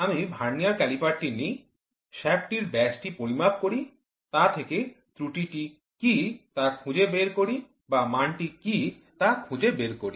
আমি vernier caliper টি নিই শ্যাফ্ট টির ব্যাসটি পরিমাপ করি তা থেকে ত্রুটিটি কী তা খুঁজে বের করি বা মানটি কী তা খুঁজে বের করি